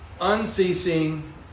unceasing